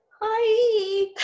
Hi